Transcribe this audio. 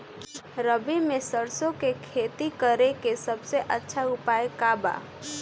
रबी में सरसो के खेती करे के सबसे अच्छा उपाय का बा?